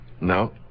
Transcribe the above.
No